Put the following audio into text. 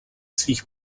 svých